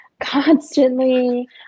constantly